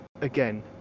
again